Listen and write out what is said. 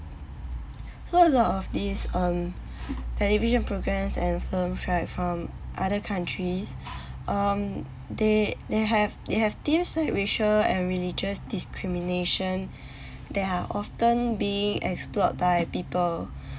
so a lot of these um television programmes and films right from other countries um they they have they have themes of racial and religious discrimination that are often being exploited by people